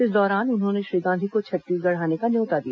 इस दौरान उन्होंने श्री गांधी को छत्तीसगढ़ आने का न्यौता दिया